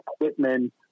equipment